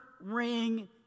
ring